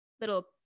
little